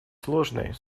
сложной